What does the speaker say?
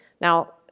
Now